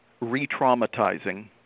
re-traumatizing